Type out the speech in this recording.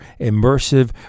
immersive